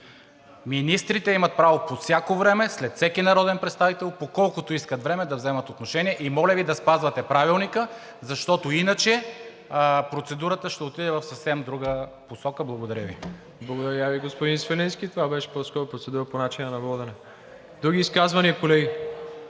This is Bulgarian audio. Министрите имат право по всяко време, след всеки народен представител, по колкото искат време да вземат отношение. Моля Ви да спазвате Правилника, защото иначе процедурата ще отиде в съвсем друга посока. Благодаря Ви. ПРЕДСЕДАТЕЛ МИРОСЛАВ ИВАНОВ: Благодаря Ви, господин Свиленски. Това беше по-скоро процедура по начина на водене. Други изказвания, колеги?